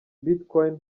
bitcoin